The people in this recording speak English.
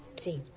see.